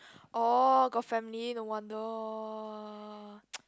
oh got family no wonder